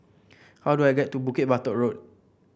how do I get to Bukit Batok Road